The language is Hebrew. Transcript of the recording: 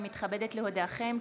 אני מתכבדת להודיעכם,